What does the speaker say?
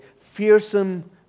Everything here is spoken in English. fearsome